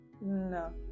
no